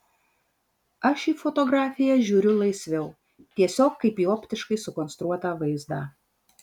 aš į fotografiją žiūriu laisviau tiesiog kaip į optiškai sukonstruotą vaizdą